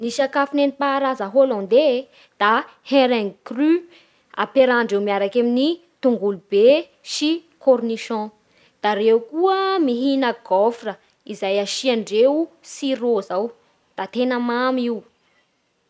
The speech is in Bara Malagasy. Ny sakafo nentim-paharaza holandais da herengue crue ampiarahandreo miaraky amin'ny tongolo be sy cornichon. Da ireo koa mihina gôfra izay asiandreo sirô izao da tena mamy io.